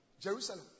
Jerusalem